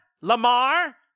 Lamar